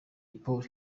polly